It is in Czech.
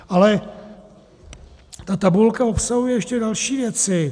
Ale ta tabulka obsahuje ještě další věci.